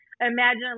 imagine